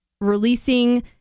releasing